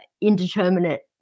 indeterminate